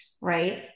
Right